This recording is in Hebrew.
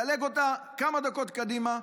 דלג איתה כמה דקות קדימה,